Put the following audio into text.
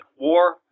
War